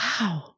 Wow